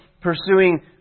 pursuing